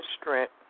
strength